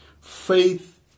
Faith